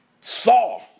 saw